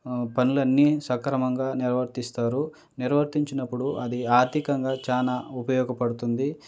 పనులన్నీ సక్రమంగా నిర్వర్తిస్తారు నిర్వర్తించినప్పుడు అది ఆర్థికంగా చాలా ఉపయోగపడుతుంది